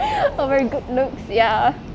over good looks ya